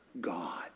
God